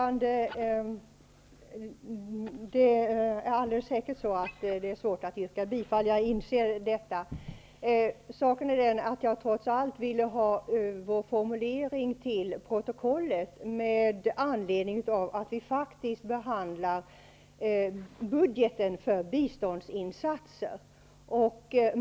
Herr talman! Jag inser att det är svårt att yrka bifall, men jag vill trots allt ha vår formulering till protokollet med anledning av att vi faktiskt behandlar budgeten för biståndsinsatser.